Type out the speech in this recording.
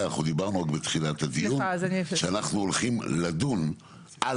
אנחנו דיברנו בתחילת הדיון שאנחנו הולכים לדון על